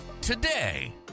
today